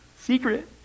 secret